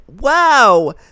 Wow